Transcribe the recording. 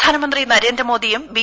പ്രധാനമന്ത്രി നരേന്ദ്രമോദിയും ബി